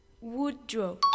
Woodrow